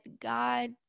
God